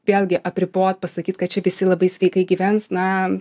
vėlgi apribot pasakyt kad čia visi labai sveikai gyvens na